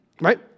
right